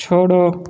छोड़ो